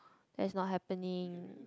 that's not happening